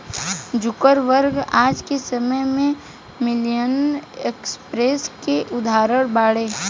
Zuckerberg आज के समय में मिलेनियर एंटरप्रेन्योर के उदाहरण बाड़े